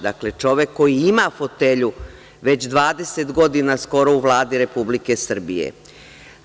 Dakle, čovek koji ima fotelju skoro već 20 godina u Vladi Republike Srbije.